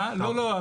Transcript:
לא, לא.